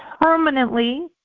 permanently